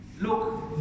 Look